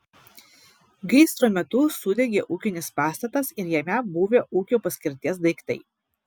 gaisro metu sudegė ūkinis pastatas ir jame buvę ūkio paskirties daiktai